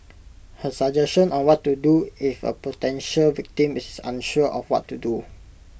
her suggestion on what to do if A potential victim is unsure of what to do